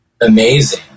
amazing